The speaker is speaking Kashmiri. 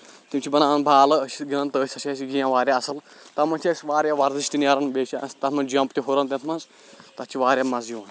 تِم چھِ بَناوان بالہٕ أسۍ چھِ گِنٛدان تٔتھۍ سۄ چھےٚ اَسہِ گیم واریاہ اَصٕل تَتھ منٛز چھِ أسۍ واریاہ ورزِش تہِ نیران بیٚیہِ چھِ اَسہِ تَتھ منٛز جمپ تہِ ہُران تَتھ منٛز تَتھ چھُ واریاہ مَزٕ یِوان